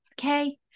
Okay